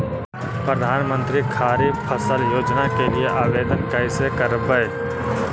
प्रधानमंत्री खारिफ फ़सल योजना के लिए आवेदन कैसे करबइ?